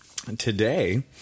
Today